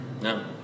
No